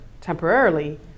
temporarily